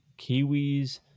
Kiwis